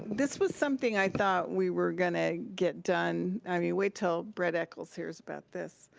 this was something i thought we were gonna get done, i mean, wait til brett eckles hears about this.